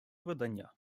видання